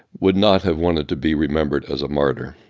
would not have wanted to be remembered as a martyr.